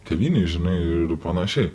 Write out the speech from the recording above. tėvynėj žinai ir panašiai